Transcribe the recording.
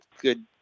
good